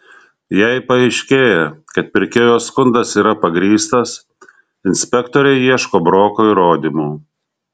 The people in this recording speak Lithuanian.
jei paaiškėja kad pirkėjo skundas yra pagrįstas inspektoriai ieško broko įrodymų